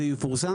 זה יפורסם?